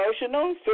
emotional